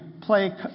play